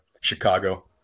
Chicago